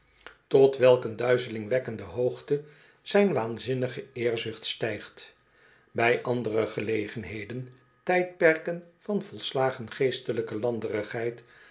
tot welk een duizelingwekkende hoogte zijn waanzinnige eerzucht stijgt bij andere gelegenheden tijdperken van volslagen geestelijke landerigheid